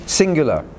singular